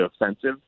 offensive